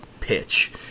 pitch